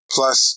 Plus